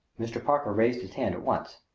mr. parker raised his hand at once.